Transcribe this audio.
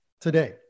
today